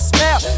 Smell